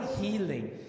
healing